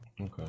Okay